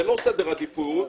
ללא סדר עדיפות,